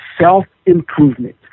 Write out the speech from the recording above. self-improvement